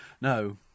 No